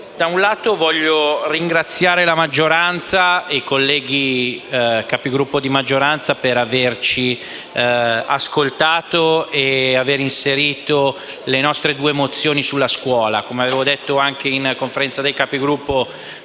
anzitutto ringraziare la maggioranza e i colleghi Capigruppo di maggioranza per averci ascoltato e aver inserito le nostre due mozioni sulla scuola. Come avevo detto anche in Conferenza dei Capigruppo,